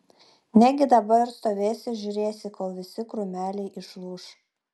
negi dabar stovėsi ir žiūrėsi kol visi krūmeliai išlūš